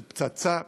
זו פצצה מתקתקת.